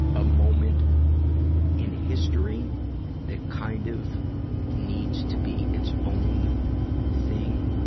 a moment in history that kind of needs to be its own thing,